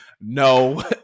No